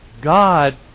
God